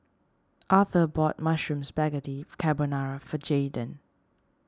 Arther bought Mushroom Spaghetti Carbonara for Jaydan